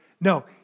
No